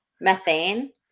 Methane